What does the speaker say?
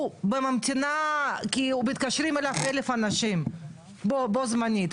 הוא בממתינה כי מתקשרים אליו 1,000 אנשים בו זמנית,